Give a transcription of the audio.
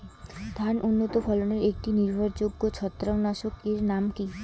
ধান উন্নত ফলনে একটি নির্ভরযোগ্য ছত্রাকনাশক এর নাম কি?